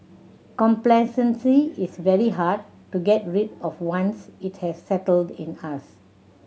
complacency is very hard to get rid of once it has settled in us